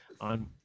on